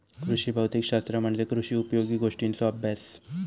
कृषी भौतिक शास्त्र म्हणजे कृषी उपयोगी गोष्टींचों अभ्यास